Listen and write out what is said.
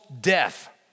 death